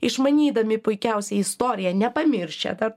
išmanydami puikiausiai istoriją nepamiršę dar